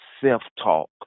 self-talk